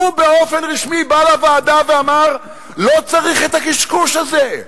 הוא באופן רשמי בא לוועדה ואמר: לא צריך את הקשקוש הזה.